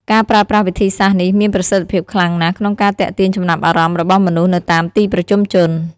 ការប្រើប្រាស់វិធីសាស្ត្រនេះមានប្រសិទ្ធភាពខ្លាំងណាស់ក្នុងការទាក់ទាញចំណាប់អារម្មណ៍របស់មនុស្សនៅតាមទីប្រជុំជន។